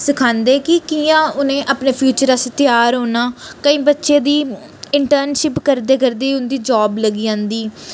सखांदे कि कियां उनें अपने फ्यूचर आस्तै त्यार होना केईं बच्चे दी इंटर्नशिप करदे करदे ई उं'दी जाब लग्गी जन्दी